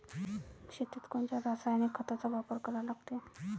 शेतीत कोनच्या रासायनिक खताचा वापर करा लागते?